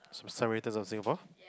to some writers of Singapore